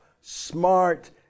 smart